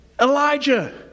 Elijah